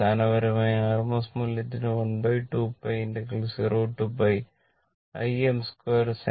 അടിസ്ഥാനപരമായി RMS മൂല്യത്തിന് 12π 0 Im2 sinθ dθ